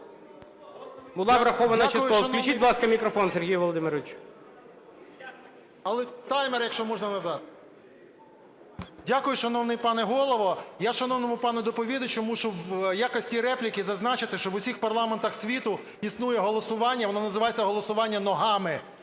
була врахована частково. Включіть, будь ласка, мікрофон Сергію Володимировичу. 14:03:58 ВЛАСЕНКО С.В. Дякую, шановний… Але таймер, якщо можна, назад. Дякую, шановний пане Голово. Я шановному пану доповідачу мушу в якості репліки зазначити, що в усіх парламентах світу існує голосування, воно називається "голосування ногами",